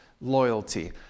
loyalty